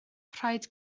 rhaid